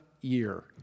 year